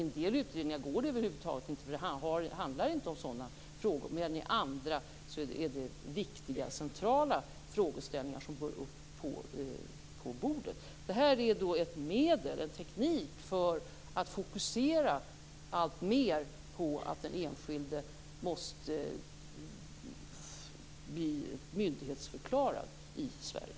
I en del utredningar går det över huvud taget inte, eftersom det inte handlar om sådana frågor, medan det i andra är viktiga och centrala frågeställningar som bör upp på bordet. Detta är ett medel, en teknik, för att fokusera alltmer på att den enskilde måste bli myndighetsförklarad i Sverige.